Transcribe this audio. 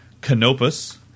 canopus